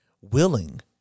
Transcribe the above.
willing